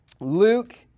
luke